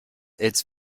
its